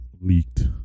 leaked